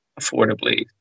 affordably